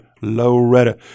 Loretta